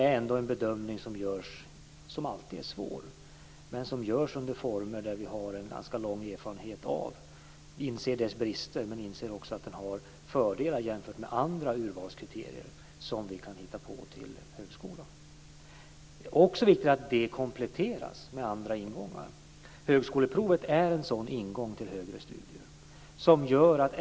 Det är en bedömning som alltid är svår att göra, men det är en form av bedömning som vi har en ganska lång erfarenhet av. Vi inser dess brister, men inser också att den har fördelar jämfört med andra urvalskriterier till högskolan som vi kan hitta på. Det är också viktigt att detta kompletteras med andra ingångar. Högskoleprovet är en sådan ingång till högre studier.